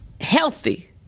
Healthy